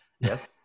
Yes